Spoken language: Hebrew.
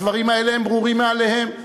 הדברים האלה ברורים מאליהם,